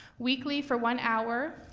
weekly, for one hour,